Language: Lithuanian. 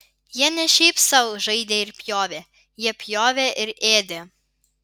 jie ne šiaip sau žaidė ir pjovė jie pjovė ir ėdė